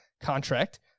contract